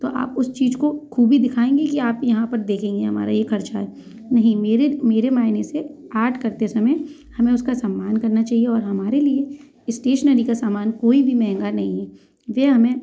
तो आप उस चीज को खूबी दिखाएंगे कि आप यहाँ पर देखेंगे हमारा ये खर्चा है नहीं मेरे मेरे मायने से आर्ट करते समय हमें उसका सम्मान करना चाहिए और हमारे लिए स्टेशनरी का सामान कोई भी महंगा नहीं है वे हमें